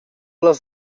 las